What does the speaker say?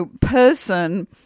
person